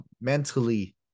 mentally